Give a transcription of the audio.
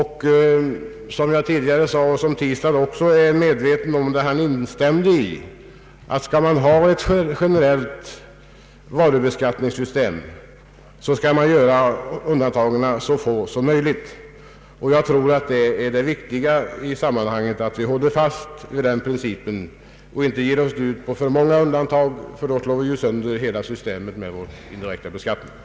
Herr Tistad instämde ju i vad jag sade tidigare, att man i ett generellt varubeskattningssystem bör ha så få undantag som möjligt. Det är viktigt att vi håller fast vid den principen och inte ger oss in på för många undantag. Det skulle slå sönder hela systemet med den indirekta beskattningen.